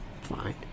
fine